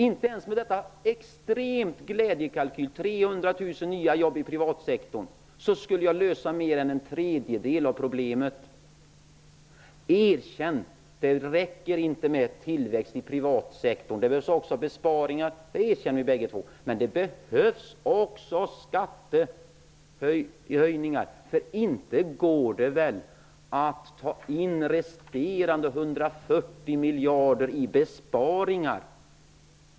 Inte ens denna extrema glädjekalkyl -- 300 000 nya jobb i den privata sektorn -- skulle lösa mer än en tredjedel av problemet. Erkänn att det inte räcker med tillväxt i den privata sektorn! Det behövs besparingar. Det vet vi bägge två. Men det behövs också skattehöjningar. Det går inte att ta in resterande 140 miljarder i besparingar.